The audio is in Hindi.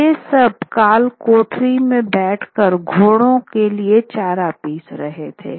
वे सब कालकोठरी में बैठ कर घोड़ों के लिए चारा पीस रहे थे